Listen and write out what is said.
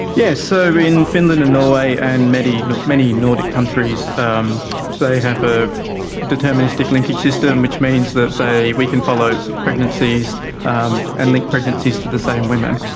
yes, so in finland and norway and many you know many nordic countries um they have a deterministic linkage system, which means that we can follow pregnancies um and link pregnancies to the same women,